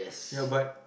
ya but